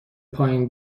پایین